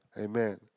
Amen